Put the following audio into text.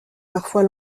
parfois